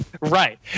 Right